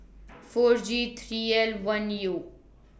four G three L one U